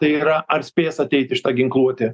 tai yra ar spės ateiti šita ginkluotė